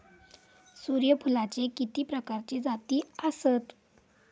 सूर्यफूलाचे किती प्रकारचे जाती आसत?